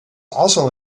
also